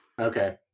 Okay